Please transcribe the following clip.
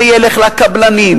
זה ילך לקבלנים,